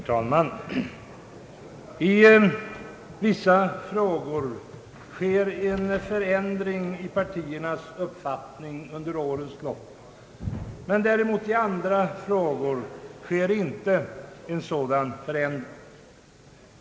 Herr talman! I vissa frågor sker en förändring i partiernas uppfattning under årens lopp, men i andra frågor däremot sker inte en sådan förändring.